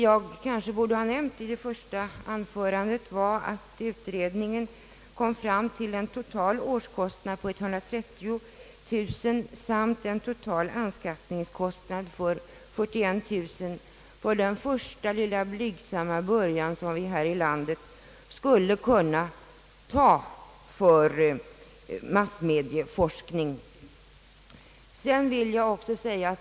Jag borde kanske i mitt första anförande ha nämnt, att utredningen kom fram till en total årskostnad på 130000 kronor samt en anskaffningskostnad på 41 000 för den första lilla blygsamma början som vi här i landet skulle kunna åstadkomma för massmediaforskning.